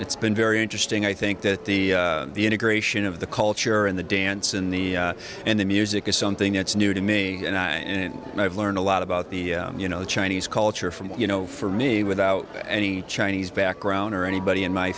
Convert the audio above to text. it's been very interesting i think that the the integration of the culture and the dance in the in the music is something that's new to me and i in my i've learned a lot about the you know chinese culture from you know for me without any chinese background or anybody in my